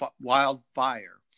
wildfire